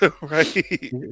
Right